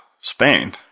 Spain